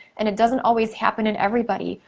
and it doesn't always happen in everybody.